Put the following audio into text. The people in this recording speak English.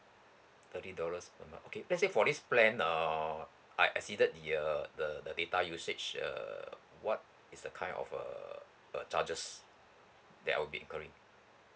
thirty dollars per month okay let's say for this plan err I exceeded the uh the the data usage err what is the kind of a a charges that I will be incurring